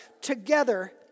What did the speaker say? together